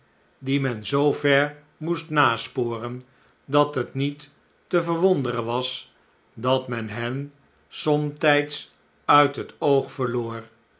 die men zoo ver moest nasporen dat het niet te verwonderen was dat men hen somtijds uit het oog verloor